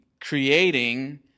creating